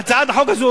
הצעת החוק הזאת,